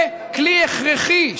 זה כלי הכרחי.